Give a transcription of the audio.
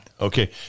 Okay